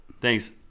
Thanks